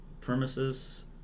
premises